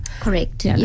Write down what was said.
Correct